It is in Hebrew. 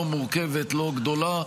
לא מורכבת, לא גדולה.